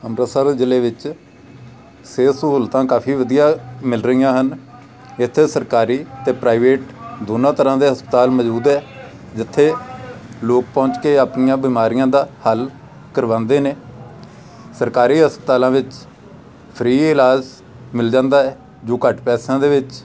ਅੰਮ੍ਰਿਤਸਰ ਜ਼ਿਲ੍ਹੇ ਵਿੱਚ ਸਿਹਤ ਸਹੂਲਤਾਂ ਕਾਫੀ ਵਧੀਆ ਮਿਲ ਰਹੀਆਂ ਹਨ ਇੱਥੇ ਸਰਕਾਰੀ ਅਤੇ ਪ੍ਰਾਈਵੇਟ ਦੋਨਾਂ ਤਰ੍ਹਾਂ ਦੇ ਹਸਪਤਾਲ ਮੌਜੂਦ ਆ ਜਿੱਥੇ ਲੋਕ ਪਹੁੰਚ ਕੇ ਆਪਣੀਆਂ ਬਿਮਾਰੀਆਂ ਦਾ ਹੱਲ ਕਰਵਾਉਂਦੇ ਨੇ ਸਰਕਾਰੀ ਹਸਪਤਾਲਾਂ ਵਿੱਚ ਫਰੀ ਇਲਾਜ ਮਿਲ ਜਾਂਦਾ ਹੈ ਜੋ ਘੱਟ ਪੈਸਿਆਂ ਦੇ ਵਿੱਚ